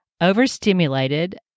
overstimulated